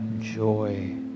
joy